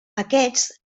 aquests